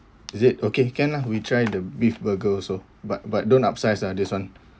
is it okay can lah we try the beef burger also but but don't upsize ah this one